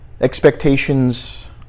Expectations